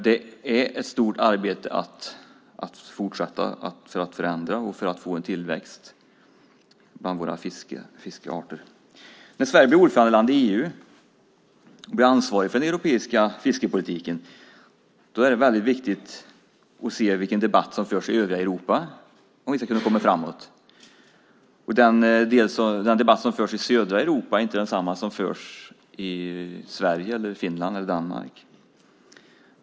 Det är ett stort arbete att fortsätta för att förändra och för att få en tillväxt bland våra fiskarter. När Sverige blir ordförandeland i EU och blir ansvarigt för den europeiska fiskepolitiken är det väldigt viktigt att se vilken debatt som förs i övriga Europa om vi ska kunna komma framåt. Den debatt som förs i södra Europa är inte densamma som förs i Sverige, Finland eller Danmark.